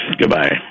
Goodbye